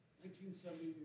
1970